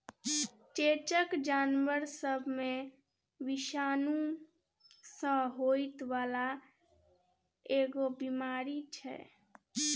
चेचक जानबर सब मे विषाणु सँ होइ बाला एगो बीमारी छै